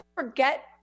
forget